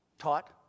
taught